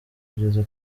kugeza